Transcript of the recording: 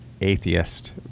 atheist